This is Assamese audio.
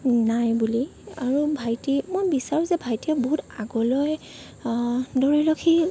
নাই বুলি আৰু ভাইটি মই বিচাৰোঁ যে ভাইটিয়ে বহুত আগলৈ ধৰি লওক সি